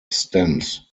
stems